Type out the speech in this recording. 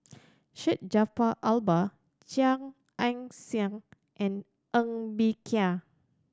Syed Jaafar Albar Chia Ann Siang and Ng Bee Kia